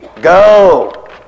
go